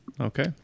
Okay